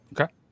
Okay